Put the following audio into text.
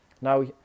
Now